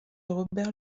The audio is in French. robert